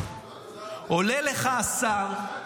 עולה לך השר --- בסדר.